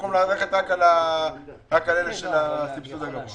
במקום ללכת רק על אלה של הסבסוד הגבוה.